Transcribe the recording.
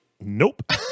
Nope